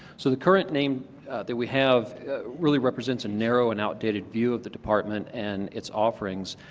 so the current name that we have really represents a narrow and outdated view of the department and its offerings.